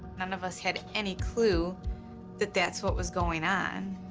none of us had any clue that that's what was going on.